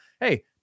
hey